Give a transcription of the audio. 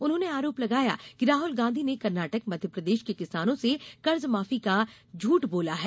उन्होंने आरोप लगाया कि राहुल गांधी ने कर्नाटक मध्यप्रदेश के किसानो से कर्जमाफ़ी का झूठ बोला है